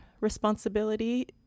responsibility